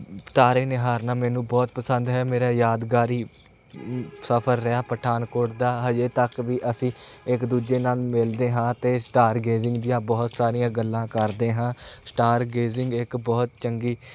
ਤਾਰੇ ਨਿਹਾਰਨਾ ਮੈਨੂੰ ਬਹੁਤ ਪਸੰਦ ਹੈ ਮੇਰਾ ਯਾਦਗਾਰੀ ਸਫਰ ਰਿਹਾ ਪਠਾਨਕੋਟ ਦਾ ਅਜੇ ਤੱਕ ਵੀ ਅਸੀਂ ਇੱਕ ਦੂਜੇ ਨਾਲ ਮਿਲਦੇ ਹਾਂ ਅਤੇ ਸਟਾਰਗੇਜਿੰਗ ਦੀਆਂ ਬਹੁਤ ਸਾਰੀਆਂ ਗੱਲਾਂ ਕਰਦੇ ਹਾਂ ਸਟਾਰਗੇਜਿੰਗ ਇੱਕ ਬਹੁਤ ਚੰਗੀ